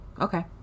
Okay